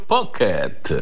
Pocket